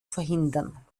verhindern